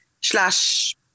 slash